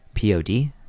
pod